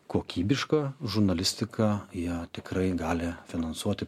kokybiška žurnalistika ją tikrai gali finansuoti